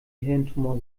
hirntumor